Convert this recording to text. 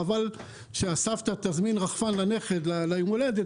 חבל שהסבתא תזמין רחפן לנכד ליום ההולדת